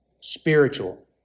spiritual